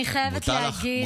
אני חייבת להגיד, בטח, תגיבי.